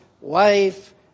wife